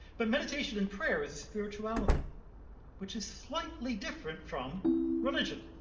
but meditation and prayer is a spirituality which is slightly different from religion.